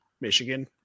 Michigan